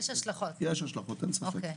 יש השלכות, אין ספק.